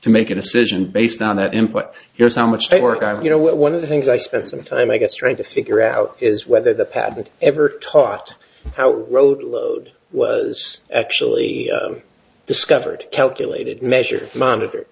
to make a decision based on that input here's how much they work on you know what one of the things i spent some time i guess trying to figure out is whether the patent ever taught how rote load was actually discovered calculated measures monitored